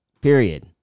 Period